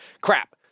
crap